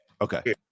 Okay